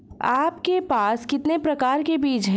आपके पास कितने प्रकार के बीज हैं?